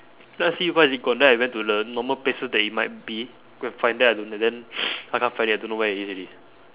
then I see why is it gone then I went to the normal places that it might be go and find then I don~ and then I can't find it I don't know where it is already